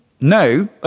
No